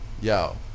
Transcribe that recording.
Yo